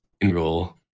enroll